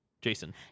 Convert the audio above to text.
Jason